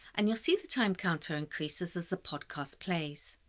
and you'll see the time counter increases as the podcast plays.